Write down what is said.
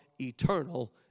eternal